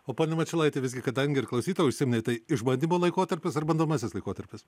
o pone mačiulaiti visgi kadangi ir klausytoja užsiminė tai išbandymo laikotarpis ar bandomasis laikotarpis